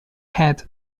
head